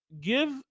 give